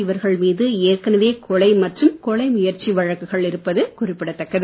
இவர்கள்மீது ஏற்கனவே கொலை மற்றும் கொலை முயற்சி வழக்குகள் இருப்பது குறிப்பிடத்தக்கது